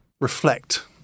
reflect